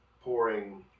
pouring